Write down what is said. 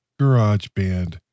GarageBand